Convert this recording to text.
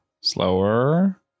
Slower